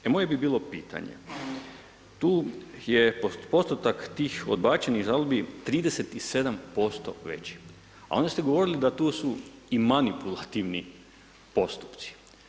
I moje bi bilo pitanje, tu je postotak tih odbačenih žalbi 37% veći, a onda ste govorili da su tu i manipulativni postupci.